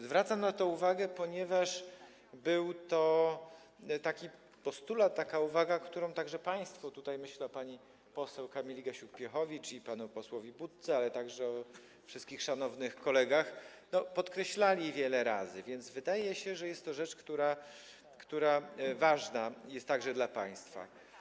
Zwracam na to uwagę, ponieważ był taki postulat, była taka uwaga, którą także państwo - tutaj myślę o pani poseł Kamili Gasiuk-Pihowicz i panu pośle Budce, ale także o wszystkich szanownych kolegach - podkreślali wiele razy, więc wydaje się, że jest to rzecz, która jest ważna także dla państwa.